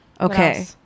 okay